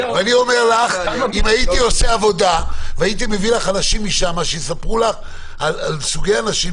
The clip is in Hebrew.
אם הייתי עושה עבודה והייתי מביא לך אנשים משם שיספרו לך על סוגי אנשים